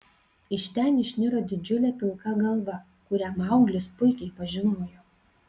iš ten išniro didžiulė pilka galva kurią mauglis puikiai pažinojo